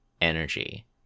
energy